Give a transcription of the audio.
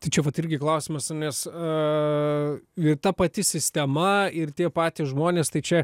tačiau vat irgi klausimas nes ta pati sistema ir tie patys žmonės tai čia